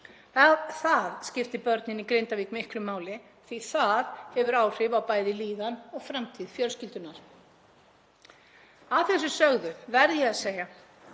Það skiptir börnin í Grindavík miklu máli því það hefur áhrif á bæði líðan og framtíð fjölskyldunnar. Að þessu sögðu verð ég að segja